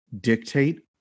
dictate